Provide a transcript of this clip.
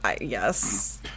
Yes